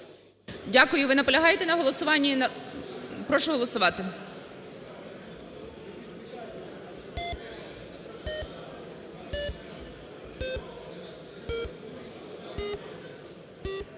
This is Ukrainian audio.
Дякую. Ви наполягаєте на голосуванні, так? Прошу голосувати.